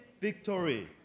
victory